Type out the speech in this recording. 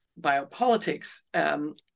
biopolitics